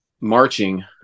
marching